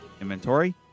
inventory